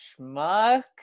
schmuck